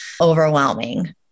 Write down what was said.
overwhelming